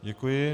Děkuji.